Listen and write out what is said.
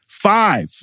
Five